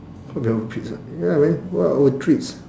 what be our treats ah ya man what our treats